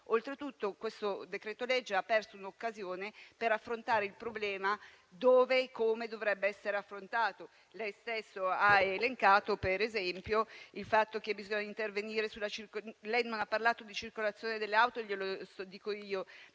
Oltretutto, quel decreto-legge ha perso un'occasione per affrontare il problema dove e come dovrebbe essere affrontato. Lei stesso ha citato, per esempio, il fatto che si debba intervenire sulla circolazione, ma non ha parlato